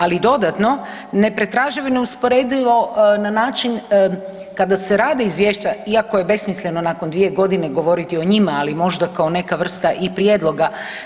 Ali dodatno nepretraživo i neusporedivo na način kada se rade izvješća iako je besmisleno nakon 2.g. govoriti o njima, ali možda kao neka vrsta i prijedloga.